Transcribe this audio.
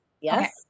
yes